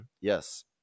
Yes